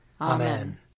Amen